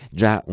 già